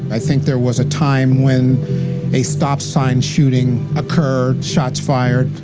i think there was a time when a stop sign shooting occurred, shots fired,